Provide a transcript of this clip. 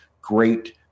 great